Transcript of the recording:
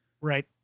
Right